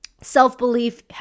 self-belief